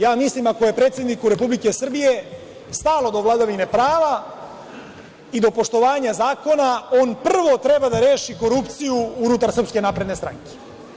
Ja mislim, ako je predsedniku Republike Srbije, stalo vladavine prava, i da poštovanja zakona, on prvo treba da reši korupciju unutar SNS.